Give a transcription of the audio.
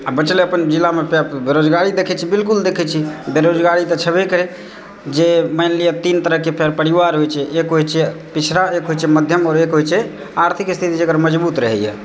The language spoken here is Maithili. आ बचलै अपन जिलामे बेरोजगारी देखै छी बिल्कुल देखै छी बेरोजगारी तऽ छबय करै जे मानि लिअ तीन तरहकेँ परिवार होइत छै एक होइछै पिछड़ा एक होइत छै मध्यम आओर एक होइत छै आर्थिक स्थिति जेकर मजबूत रहैए